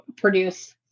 produce